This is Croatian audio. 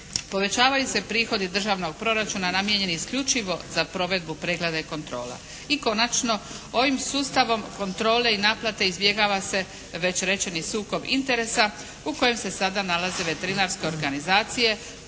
povećavaju se prihodi državnog proračuna namijenjeni isključivo za provedbu pregleda i kontrola. I konačno, ovim sustavom kontrole i naplate izbjegava se već rečeni sukob interesa u kojem se sada nalazi veterinarske organizacije